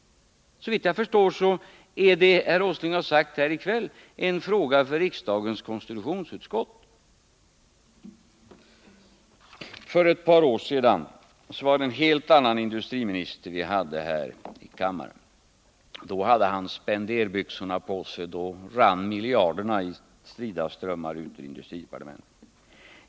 Såvitt jag förstår innebär det som herr Åsling har sagt här i kväll en fråga för riksdagens konstitutionsutskott. För ett par år sedan var det en helt annan industriminister vi hade här i kammaren. Då hade han spenderbyxorna på sig, då rann miljarderna i strida strömmar ut ur industridepartementet.